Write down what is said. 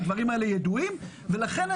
לכן,